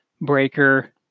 Breaker